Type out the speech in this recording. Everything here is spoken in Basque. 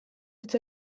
hitz